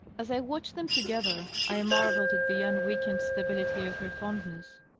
as i watched them together i marvelled at the un weakened stability of her fondness.